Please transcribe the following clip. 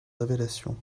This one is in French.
révélation